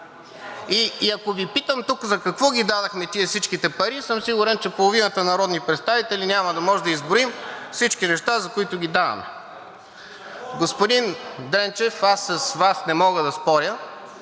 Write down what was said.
и ако Ви питам тук за какво дадохме тези всичките пари, съм сигурен, че половината народни представители няма да може да изброим всички неща, за които ги даваме. Господин Дренчев, с Вас не мога да споря.